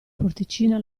porticina